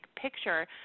picture